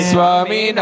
Swami